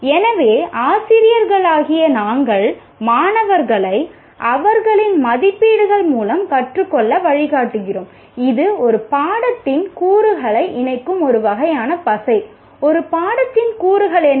எனவே ஆசிரியர்களாகிய நாங்கள் மாணவர்களை அவர்களின் மதிப்பீடுகள் மூலம் கற்றுக்கொள்ள வழிகாட்டுகிறோம் இது ஒரு பாடத்தின் கூறுகளை இணைக்கும் ஒரு வகையான பசை ஒரு பாடத்தின் கூறுகள் என்ன